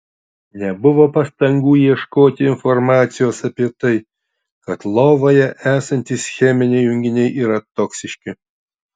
nebuvo pastangų ieškoti informacijos apie tai kad lovoje esantys cheminiai junginiai yra toksiški